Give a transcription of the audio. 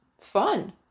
fun